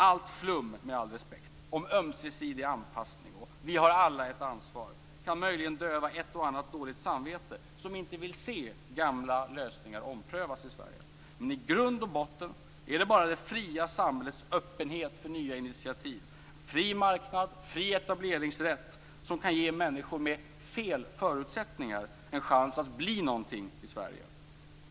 Allt flum, med all respekt, om "ömsesidig anpassning" och "vi har alla ett ansvar" kan möjligen döva ett och annat dåligt samvete som inte vill se gamla lösningar omprövas i Sverige. Men i grund och botten är det bara det fria samhällets öppenhet för nya initiativ, en fri marknad och fri etableringsrätt, som kan ge människor med "fel förutsättningar" en chans att bli någonting i Sverige.